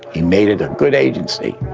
he made it a good agency,